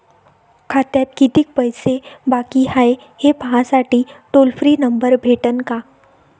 खात्यात कितीकं पैसे बाकी हाय, हे पाहासाठी टोल फ्री नंबर भेटन का?